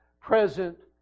present